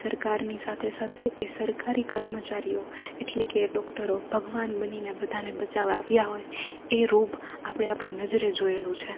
સરકારની સાથે સાથે એ સરકારી કર્મચારીઓ એટલે કે ડોકટરો ભગવાન બનીને બધાંને બચાવા આવ્યાં હોય એ રૂપ આપણે આપણી નજરે જોયેલું છે